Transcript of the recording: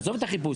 עזוב את החיפוש,